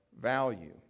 value